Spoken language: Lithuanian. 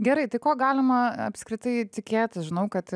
gerai tai ko galima apskritai tikėtis žinau kad